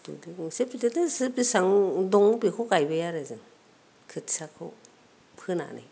दुब्लि गंसे बेसेबां दं बेखौ गायबाय आरो जों खोथियाखौ फोनानै